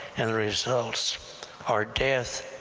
and the results are death,